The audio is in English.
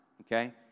okay